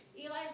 Eli